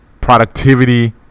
Productivity